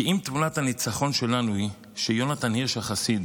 כי אם תמונת הניצחון שלנו היא שיונתן הירש החסיד